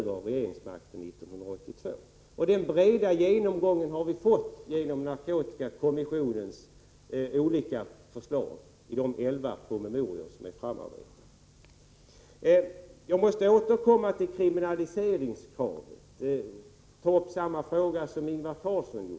Denna breda genomgång har vi fått genom narkotikakommissionens olika förslag i de elva promemorior som har arbetats fram. Jag måste återkomma till kriminaliseringskravet och ta upp samma fråga som Ingvar Carlsson gjorde.